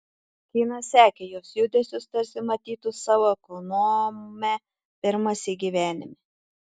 kynas sekė jos judesius tarsi matytų savo ekonomę pirmąsyk gyvenime